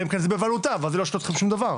אלא אם כן זה בבעלותה ואז היא לא שואלת אתכם שום דבר,